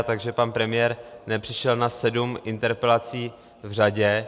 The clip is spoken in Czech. Takže pan premiér nepřišel na sedm interpelací v řadě.